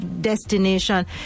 destination